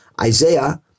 Isaiah